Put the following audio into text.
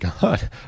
God